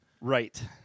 Right